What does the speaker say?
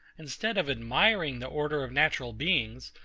instead of admiring the order of natural beings,